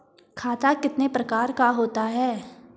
खाता कितने प्रकार का होता है?